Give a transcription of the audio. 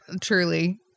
Truly